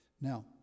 Now